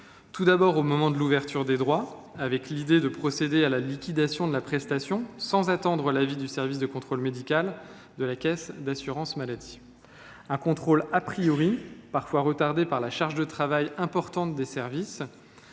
tout d’abord, au moment de l’ouverture des droits, avec l’idée de procéder à la liquidation de la prestation sans attendre l’avis du service de contrôle médical de la caisse d’assurance maladie. Ce contrôle est parfois retardé du fait de la charge de travail importante des services.